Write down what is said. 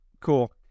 Cool